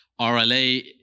RLA